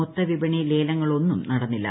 മൊത്ത വിപണിയിൽ ല്ലേലങ്ങളൊന്നും നടന്നില്ല